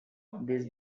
this